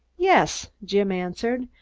yes! jim answered.